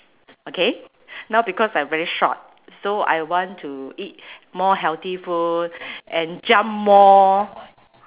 okay now because I very short so I want to eat more healthy food and jump more